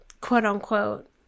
quote-unquote